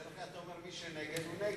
בדרך כלל אתה אומר, מי שנגד, הוא נגד.